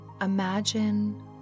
imagine